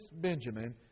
Benjamin